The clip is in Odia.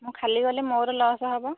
ମୁଁ ଖାଲି ଗଲେ ମୋର ଲସ୍ ହବ